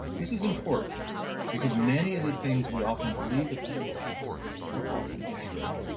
this is important because many of the things we often believe about the past are often untrue.